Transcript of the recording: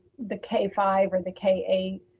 the k five or the k eight,